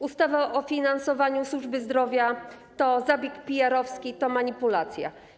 Ustawa o finansowaniu służby zdrowia to zabieg PR-owski, to manipulacja.